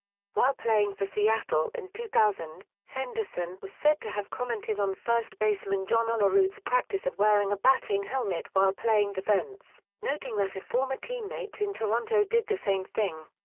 while playing for seattle in two thousand, henderson was said to have commented on first baseman john olerud's practice of wearing a batting helmet while playing defense, noting that a former teammate in toronto did the same thing.